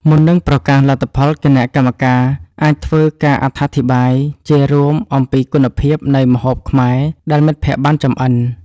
មុននឹងប្រកាសលទ្ធផល គណៈកម្មការអាចធ្វើការអត្ថាធិប្បាយជារួមអំពីគុណភាពនៃម្ហូបខ្មែរដែលមិត្តភក្តិបានចម្អិន។